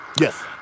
Yes